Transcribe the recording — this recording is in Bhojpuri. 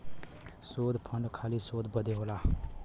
शोध फंड खाली शोध बदे होला